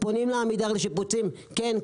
אנחנו פונים לעמידר לשיפוצים והם אומרים: כן,